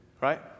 right